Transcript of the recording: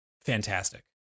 Fantastic